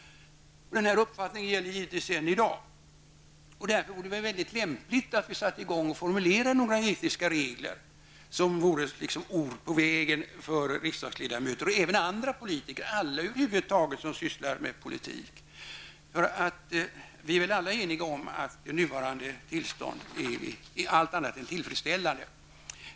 Denna uppfattning gäller givetvis än i dag. Därför vore det mycket lämpligt att vi satte i gång och formulerade några etiska regler, som vore liksom ord på vägen för riksdagsledamöter och även för andra politiker och över huvud taget för alla som sysslar med politik. Vi är väl alla eniga om att det nuvarande tillståndet är allt annat än tillfredsställande.